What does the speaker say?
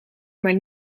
maar